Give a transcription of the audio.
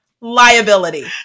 liability